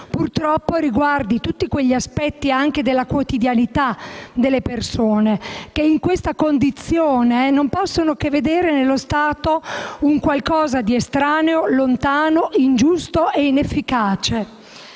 purtroppo riguardi tutti gli aspetti della quotidianità delle persone che in questa condizione non possono che vedere nello Stato un qualcosa di estraneo, lontano, ingiusto e inefficace.